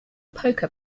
poker